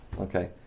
Okay